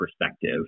perspective